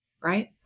right